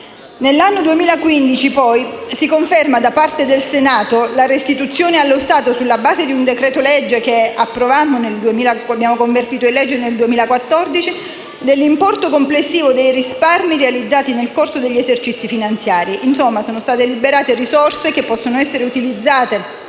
nell'anno 2015 si conferma da parte del Senato la restituzione allo Stato, sulla base di un decreto-legge che abbiamo convertito in legge nel 2014, dell'importo complessivo dei risparmi realizzati nel corso degli esercizi finanziari; insomma, sono state liberate risorse che possono essere utilizzate